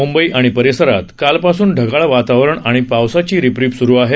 मुंबई आणि परिसरात कालपासूनच ढगाळ वातावरण आणि पावसाची रिपरीप सुरु आहे